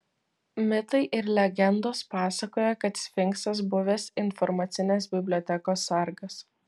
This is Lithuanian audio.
mitai ir legendos pasakoja kad sfinksas buvęs informacinės bibliotekos sargas